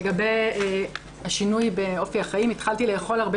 לגבי השינוי באופי החיים: "התחלתי לאכול הרבה